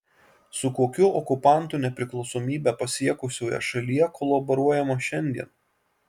su kokiu okupantu nepriklausomybę pasiekusioje šalyje kolaboruojama šiandien